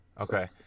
Okay